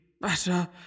better